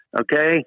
Okay